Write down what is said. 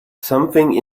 something